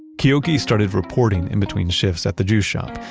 keoki started reporting in between shifts at the juice shop.